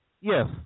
yes